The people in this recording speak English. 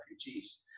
refugees